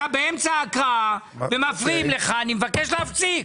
אתה באמצע הקראה ומפריעים לך, אני מבקש להפסיק.